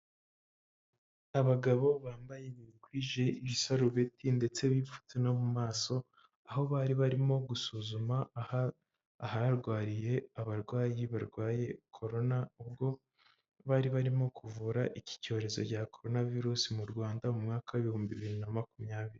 Abagabo bambaye bikwije ibisarubeti ndetse bipfutse no mu maso aho bari barimo gusuzuma aharwariye abarwayi barwaye korona ubwo bari barimo kuvura iki cyorezo cya corona virus mu Rwanda mu mwaka w' ibihumbi bibiri na makumyabiri.